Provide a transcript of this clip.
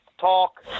talk